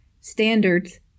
standards